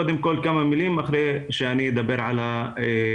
קודם כל כמה מילים לפני שאני אדבר על הנקודות